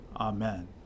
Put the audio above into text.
Amen